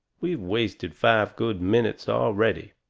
we've wasted five good minutes already.